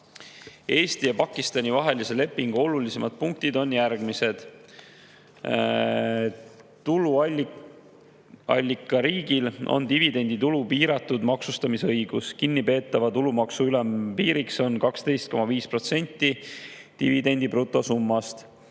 Eesti ja Pakistani vahelise lepingu olulisemad punktid on järgmised. Tuluallikariigil on dividenditulu piiratud maksustamise õigus. Kinnipeetava tulumaksu ülempiir on 12,5% dividendi brutosummast.